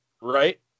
Right